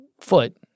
foot